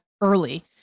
early